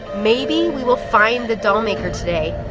maybe we will find the doll maker today.